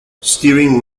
steering